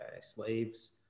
slaves